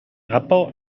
upper